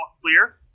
clear